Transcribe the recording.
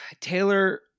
Taylor